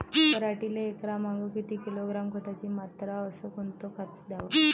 पराटीले एकरामागं किती किलोग्रॅम खताची मात्रा अस कोतं खात द्याव?